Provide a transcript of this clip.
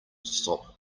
stop